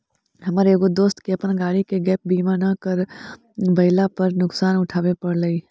हमर एगो दोस्त के अपन गाड़ी के गैप बीमा न करवयला पर नुकसान उठाबे पड़लई